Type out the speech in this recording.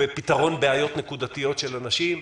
בפתרון בעיות נקודתיות של אנשים.